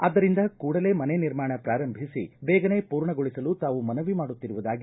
ಆದ್ದರಿಂದ ಕೂಡಲೇ ಮನೆ ನಿರ್ಮಾಣ ಪ್ರಾರಂಭಿಸಿ ಬೇಗನೆ ಪೂರ್ಣಗೊಳಿಸಲು ತಾವು ಮನವಿ ಮಾಡುತ್ತಿರುವುದಾಗಿ ಹೇಳಿದ್ದಾರೆ